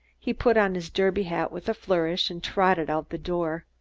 he put on his derby hat with a flourish and trotted out the door.